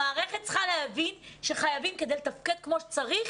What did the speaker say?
המערכת צריכה להבין שחייבים אמון כדי לתפקד כמו שצריך.